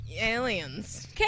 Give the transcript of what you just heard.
aliens